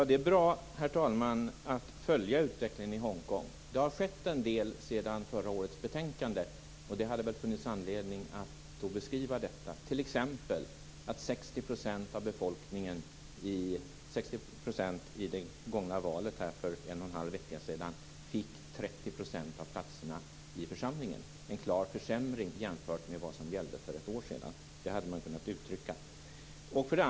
Herr talman! Det är bra att man följer utvecklingen i Hongkong. Det har skett en del sedan förra året. Det hade funnits anledning att beskriva detta, t.ex. att 60 % av dem som fick rösterna i valet för en och en halv vecka sedan fick 30 % av platserna i församlingen. Det är en klar försämring jämfört med vad som gällde för ett år sedan. Det hade man kunnat uttrycka.